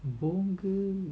போங்கு:ponku